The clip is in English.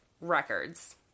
records